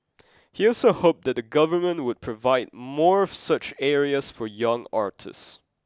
he also hoped that the government would provide more of such areas for young artists